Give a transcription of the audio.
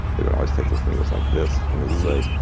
they would always take their fingers like this and they'd say,